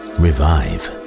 revive